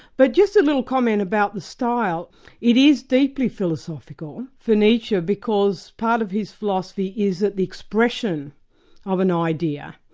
but just a little comment about the style it is deeply philosophical for nietzsche, because part of his philosophy is that the expression of an idea,